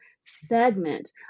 segment